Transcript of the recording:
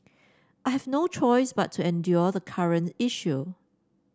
I have no choice but to endure the current issue